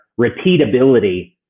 repeatability